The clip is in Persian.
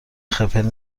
خپل